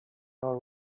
are